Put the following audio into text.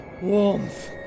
Warmth